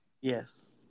yes